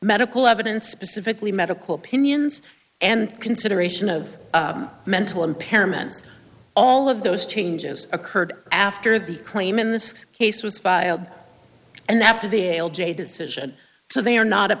medical evidence specifically medical opinions and consideration of mental impairments all of those changes occurred after the claim in this case was filed and they have to be able j decision so they are not a